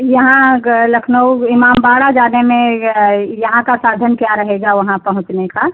यहाँ लखनऊ इमामबाड़ा जाने में या यहाँ का साधन क्या रहेगा वहाँ पहुँचने का